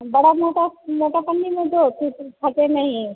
बड़ा मोटा मोटा पन्नी में दो कि फटे नहीं